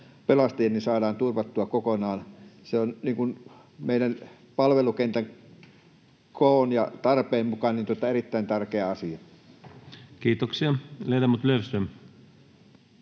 saadaan turvattua kokonaan? Se on meidän palvelukentän koon ja tarpeen mukaan erittäin tärkeä asia. [Speech 22]